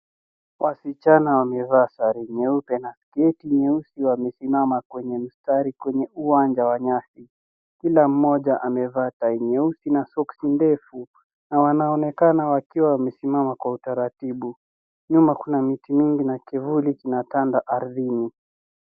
Wasichana wamevaa sare nyeupe na sketi nyeusi wamesimama kwenye mstari kwenye uwanja wa nyasi. Kila mmoja amevaa tai nyeusi na soksi ndefu na wanaonekana wakiwa wamesimama kwa utaratibu. Nyuma kuna miti mingi na kivuli kinatanda ardhini.